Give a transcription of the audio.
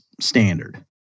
standard